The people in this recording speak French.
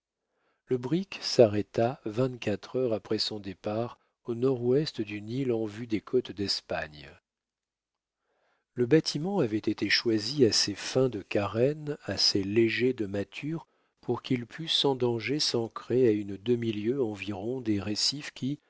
le brick s'arrêta vingt-quatre heures après son départ au nord-ouest d'une île en vue des côtes d'espagne le bâtiment avait été choisi assez fin de carène assez léger de mâture pour qu'il pût sans danger s'ancrer à une demi-lieue environ des rescifs qui